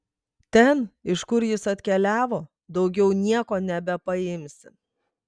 ten iš kur jis atkeliavo daugiau nieko nebepaimsi